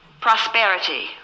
prosperity